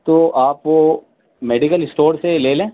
تو آپ وہ میڈیکل اسٹور سے یہ لے لیں